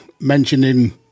mentioning